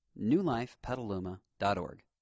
newlifepetaluma.org